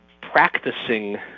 practicing